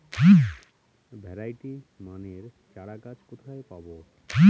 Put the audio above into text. Variety মানের চারাগাছ কোথায় পাবো?